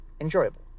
enjoyable